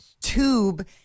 tube